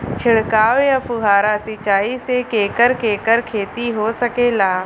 छिड़काव या फुहारा सिंचाई से केकर केकर खेती हो सकेला?